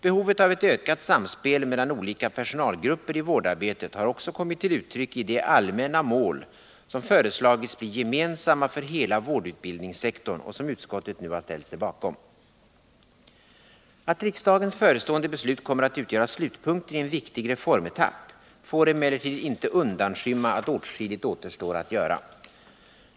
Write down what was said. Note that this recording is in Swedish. Behovet av ett ökat samspel mellan olika personalgrupper i vårdarbetet har också kommit till uttryck i de allmänna mål som föreslagits bli gemensamma för hela vårdutbildningssektorn och som utskottet nu har ställt sig bakom. Att riksdagens förestående beslut kommer att utgöra slutpunkten i en viktig reformetapp får emellertid inte undanskymma att åtskilligt återstår att göra.